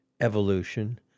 evolution